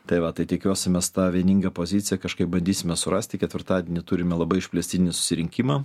tai va tai tikiuosi mes tą vieningą poziciją kažkaip bandysime surasti ketvirtadienį turime labai išplėstinį susirinkimą